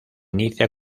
inicia